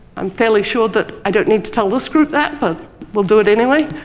i'm fairly sure that i don't need to tell this group that, but we'll do it anyway.